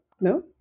No